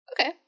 Okay